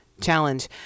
Challenge